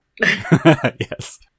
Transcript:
yes